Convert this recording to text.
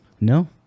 No